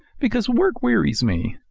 because work wearies me!